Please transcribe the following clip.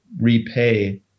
repay